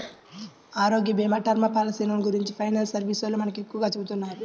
ఆరోగ్యభీమా, టర్మ్ పాలసీలను గురించి ఫైనాన్స్ సర్వీసోల్లు మనకు ఎక్కువగా చెబుతున్నారు